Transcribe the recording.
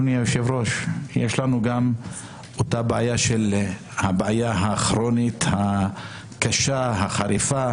גם שם יש לנו הבעיה הכרונית הקשה והחריפה